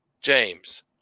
James